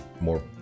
more